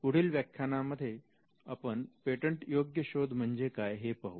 पुढील व्याख्यानांमध्ये आपण पेटंट योग्य शोध म्हणजे काय हे पाहू